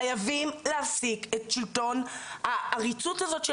חייבים להפסיק את שלטון העריצות הזאת של